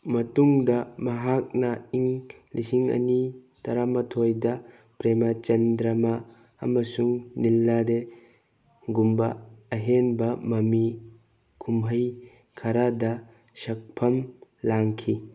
ꯃꯇꯨꯡꯗ ꯃꯍꯥꯛꯅ ꯏꯪ ꯂꯤꯁꯤꯡ ꯑꯅꯤ ꯇꯔꯥꯃꯥꯊꯣꯏꯗ ꯄ꯭ꯔꯦꯃꯥ ꯆꯟꯗ꯭ꯔꯃꯥ ꯑꯃꯁꯨꯡ ꯅꯤꯜꯂꯥꯗꯦ ꯒꯨꯝꯕ ꯑꯍꯦꯟꯕ ꯃꯃꯤ ꯀꯨꯝꯍꯩ ꯈꯔꯗ ꯁꯛꯐꯝ ꯂꯥꯡꯈꯤ